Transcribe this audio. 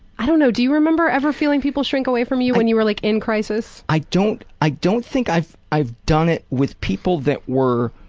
i don't know do you remember ever feeling people shrink away from you when you were like in crisis? i don't i don't think i've i've done it with people that were,